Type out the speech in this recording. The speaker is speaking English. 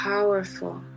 Powerful